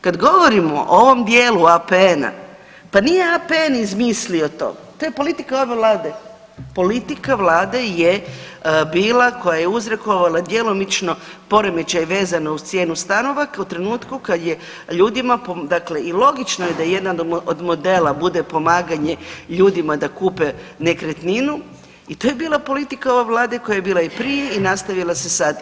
Kad govorimo o ovom dijelu APN-a, pa nije APN izmislio to, to je politika ove vlade, politika vlade je bila koja je uzrokovala djelomično poremećaj vezano uz cijenu stanova u trenutku kad je ljudima dakle i logično je da jedan od modela bude pomaganje ljudima da kupe nekretninu i to je bila politika ove vlade koja je bila prije i nastavila se sad.